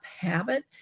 Habit